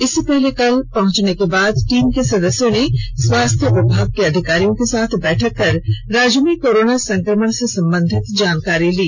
इससे पहले कल पहुंचने के बाद टीम के सदस्यों ने स्वास्थ्य विभाग के अधिकारियों के साथ बैठक कर राज्य में कोरोना संक्रमण से संबंधित जानकारी ली